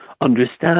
understand